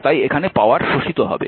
তাই এখানে পাওয়ার শোষিত হবে